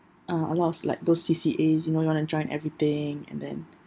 uh a lots of like those C_C_As you know you want to join everything and then